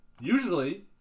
usually